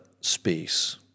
space